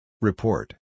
Report